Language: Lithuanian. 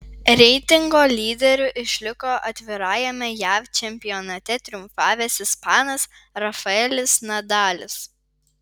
reitingo lyderiu išliko atvirajame jav čempionate triumfavęs ispanas rafaelis nadalis